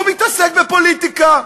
הוא מתעסק בפוליטיקה,